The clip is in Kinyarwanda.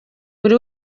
buri